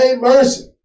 mercy